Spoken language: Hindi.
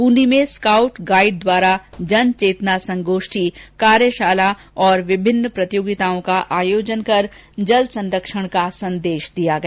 ब्रंदी में स्काउट गाइड द्वारा जनचेतना संगोष्ठी कार्यशाला और विभिन्न प्रतियोगिताओं का आयोजन कर जल संरक्षण का संदेश दिया गया